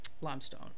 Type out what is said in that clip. limestone